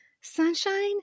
sunshine